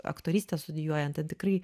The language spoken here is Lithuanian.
aktorystę studijuojant ten tikrai